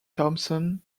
thompson